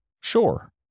Sure